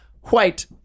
White